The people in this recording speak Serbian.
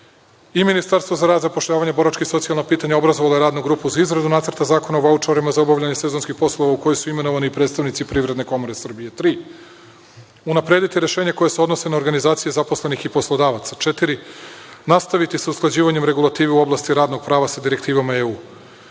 i Ministarstvo za rad, zapošljavanje, boračka i socijalna pitanja obrazovalo je Radnu grupu za izradu nacrta zakona o vaučerima za obavljanje sezonskih poslova u kojoj su imenovani i predstavnici Privredne komore Srbije.3) Unaprediti rešenja koja se odnose na organizacije zaposlenih i poslodavaca.4) Nastaviti sa usklađivanjem regulative u oblasti radnog prava sa Direktivama EU.